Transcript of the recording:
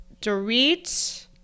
Dorit